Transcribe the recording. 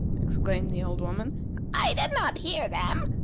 exclaimed the old woman i did not hear them.